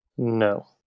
No